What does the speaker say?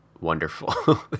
wonderful